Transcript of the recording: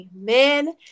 amen